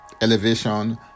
elevation